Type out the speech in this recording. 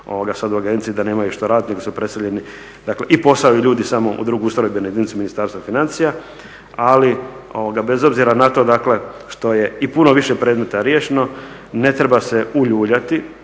sad u agenciji da nemaju što raditi nego su preseljeni i posao i ljudi samo u drugu ustrojbenu jedinicu Ministarstva financija. Bez obzira na to što je i puno više predmeta riješeno ne treba se uljuljati.